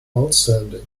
outstanding